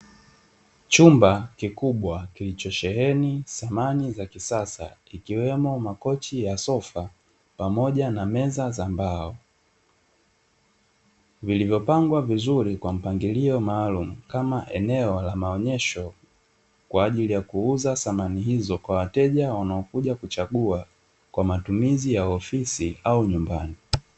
Chumba kikubwa, kilichosheheni samani za kisasa, ikiwemo; makochi ya sofa pamoja na meza za mbao, vilivyopangwa vizuri kwa mpangilio maalumu kama eneo la maonyesho, kwa ajili ya kuuza samani hizo kwa wateja wanaokuja kuchagua kwa matumizi ya ofisini au nyumbani.